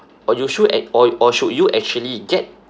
or you should ac~ or or should you actually get